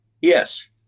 yes